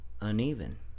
uneven